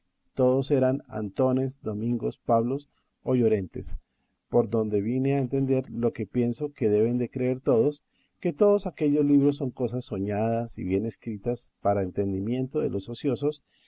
todos eran antones domingos pablos o llorentes por donde vine a entender lo que pienso que deben de creer todos que todos aquellos libros son cosas soñadas y bien escritas para entretenimiento de los ociosos